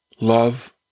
love